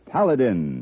Paladin